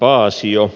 aasi jo